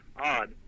odd